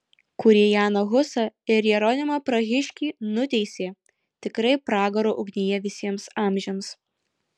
kurie janą husą ir jeronimą prahiškį nuteisė tikrai pragaro ugnyje visiems amžiams